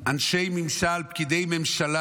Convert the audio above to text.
אנשי ממשל, פקידי ממשלה,